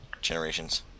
Generations